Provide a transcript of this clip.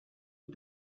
est